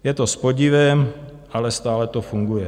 Je to s podivem, ale stále to funguje.